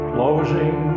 Closing